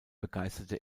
begeisterte